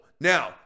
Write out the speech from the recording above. Now